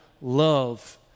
Love